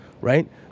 right